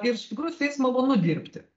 ir iš tikrųjų su jais malonu dirbti